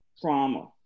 trauma